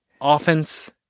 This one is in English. Offense